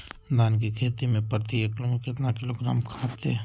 धान की खेती में प्रति एकड़ में कितना किलोग्राम खाद दे?